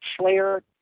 Slayer